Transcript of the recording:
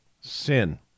sin